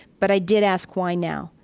but i did ask, why now?